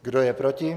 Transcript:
Kdo je proti?